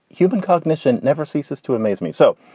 human cognition never ceases to amaze me. so,